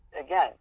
Again